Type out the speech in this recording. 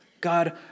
God